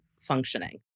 functioning